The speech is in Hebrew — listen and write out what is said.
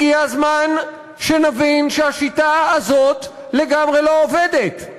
הגיע הזמן שנבין שהשיטה הזאת לגמרי לא עובדת,